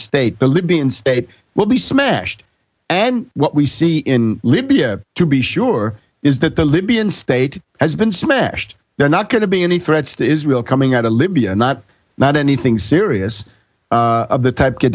state the libyan state will be smashed and what we see in libya to be sure is that the libyan state has been smashed they're not going to be any threats to israel coming out of libya not not anything serious of the type